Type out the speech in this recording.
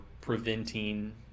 preventing